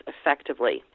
effectively